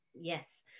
Yes